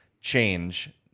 change